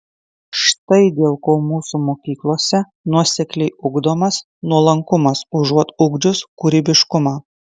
štai dėl ko mūsų mokyklose nuosekliai ugdomas nuolankumas užuot ugdžius kūrybiškumą